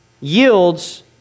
yields